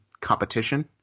competition